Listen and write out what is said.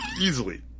Easily